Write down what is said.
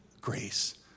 grace